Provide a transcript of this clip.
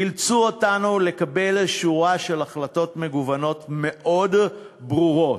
אילצו אותנו לקבל שורה של החלטות מגוונות מאוד ברורות,